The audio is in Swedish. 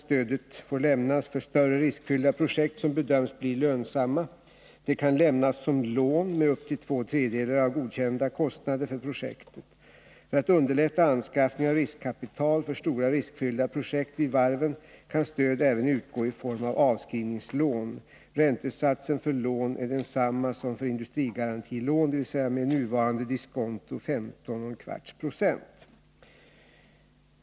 Stödet får lämnas för större riskfyllda projekt som bedöms bli lönsamma. Det kan lämnas som lån med upp till två tredjedelar av godkända kostnader för projektet. För att underlätta anskaffningen av riskkapital för stora riskfyllda projekt vid varven kan stöd även utgå i form av avskrivningslån. Räntesatsen för lån är densamma som för industrigarantilån, dvs. med nuvarande diskonto 15,25 96.